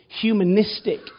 humanistic